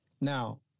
Now